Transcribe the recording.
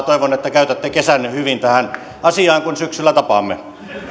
toivon että käytätte kesän hyvin tähän asiaan kun syksyllä tapaamme